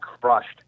crushed